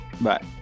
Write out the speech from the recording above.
bye